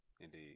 Indeed